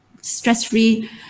stress-free